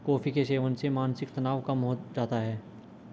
coffee के सेवन से मानसिक तनाव कम हो जाता है